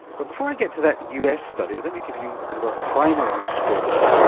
but before i get to that us study, let me give you a bit of a primer on strokes.